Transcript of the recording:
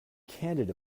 candid